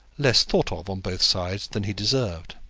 less thought of on both sides than he deserved.